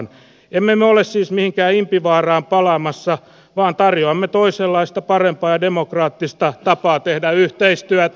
emme me ole siis mihinkään impivaaraan palaamassa vaan tarjoamme toisenlaista parempaa ja demokraattista tapaa tehdä yhteistyötä